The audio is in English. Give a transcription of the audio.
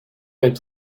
and